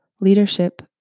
leadership